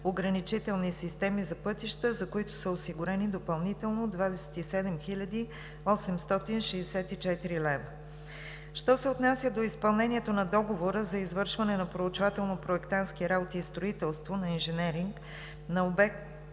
ограничителни системи за пътища, за които са осигурени допълнително 27 хил. 864 лв. Що се отнася до изпълнението на договора за извършване на проучвателно-проектантски работи и строителство на инженеринг на обект на